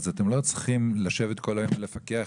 אתם לא צריכים לשבת כל היום ולפקח.